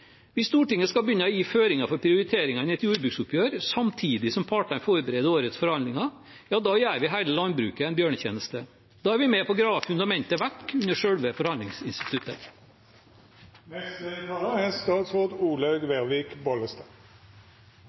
Hvis Stortinget skal begynne å gi føringer for prioriteringene i et jordbruksoppgjør samtidig som partene forbereder årets forhandlinger, gjør vi hele landbruket en bjørnetjeneste. Da er vi er med på å grave fundamentet vekk under selve forhandlingsinstituttet. Jeg deler forslagsstillernes syn på at geita er